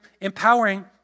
empowering